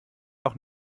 auch